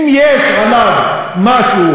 אם יש עליו משהו,